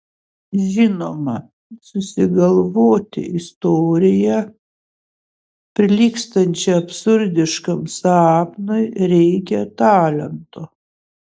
žinoma susigalvoti istoriją prilygstančią absurdiškam sapnui reikia talento